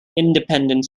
independent